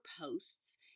posts